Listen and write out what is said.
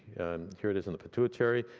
here it is in the pituitary.